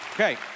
Okay